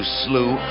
slew